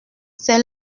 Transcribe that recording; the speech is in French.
c’est